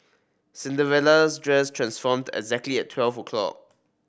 Cinderella's dress transformed exactly at twelve o'clock